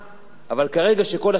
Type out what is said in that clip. כשכל אחד אחראי להגיד,